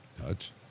Touch